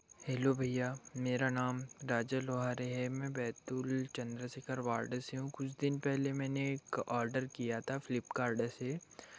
hello भैया मेरा नाम राजा लोहार है मैं बैतूल चंद्रशेखर वार्ड से हूँ कुछ दिन पहले मैंने एक ऑर्डर किया था फ्लिपकार्ट से